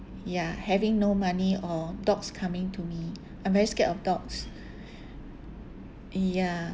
ya having no money or dogs coming to me I'm very scared of dogs ya